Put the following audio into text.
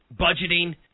budgeting